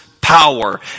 power